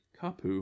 kapu